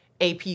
AP